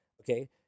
okay